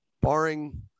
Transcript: barring